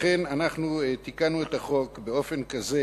לכן אנחנו תיקנו את החוק באופן כזה,